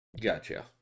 Gotcha